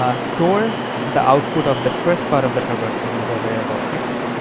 ah store the output of the first part of the traversal into a variable x.